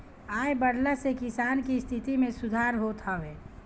आय बढ़ला से किसान के स्थिति में सुधार होत हवे